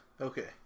Okay